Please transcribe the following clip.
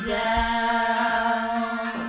down